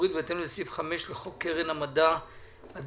בהתאם לסעיף 5 לחוק קרן המדע הדו-לאומית,